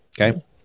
okay